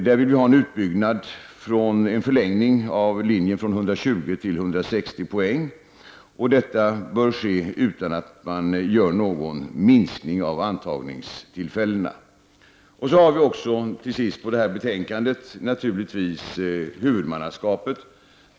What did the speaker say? Här vill vi ha en förlängning av utbildningen från 120 poäng till 160 poäng. Detta bör genomföras utan att antalet antagningstillfällen minskas. Till sist har vi i detta betänkande naturligtvis huvudmannaskapet.